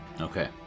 Okay